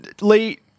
late